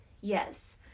Yes